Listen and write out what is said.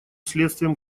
следствием